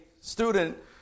student